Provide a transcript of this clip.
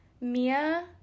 Mia